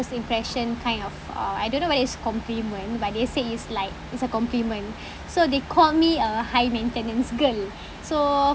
first impression kind of uh I don't know whether it's compliment but they said it's like it's a compliment so they called me a high maintenance girl so